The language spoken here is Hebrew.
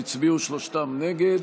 שהצביעו שלושתם נגד.